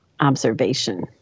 observation